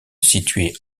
située